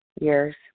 years